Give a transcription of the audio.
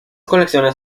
colecciones